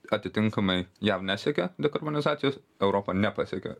atitinkamai jav nesiekia dekarbonizacijos europa nepasiekia